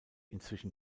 inzwischen